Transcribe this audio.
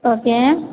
okay